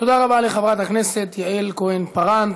תודה רבה לחברת הכנסת יעל כהן-פארן.